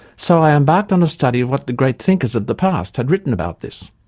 so i embarked on a study of what the great thinkers of the past had written about this.